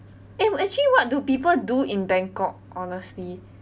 eh actually what do people do in bangkok honestly